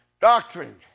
doctrine